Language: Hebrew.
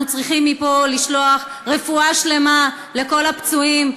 אנחנו צריכים לשלוח מפה רפואה שלמה לכל הפצועים,